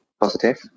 positive